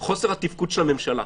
זה חוסר התפקוד של הממשלה,